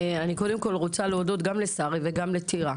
אני קודם כל רוצה להודות גם לשרי וגם לטירה.